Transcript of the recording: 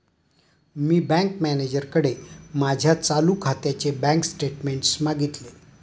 मी bank मॅनेजरकडे माझ्या चालू खात्याचे बँक स्टेटमेंट्स मागितले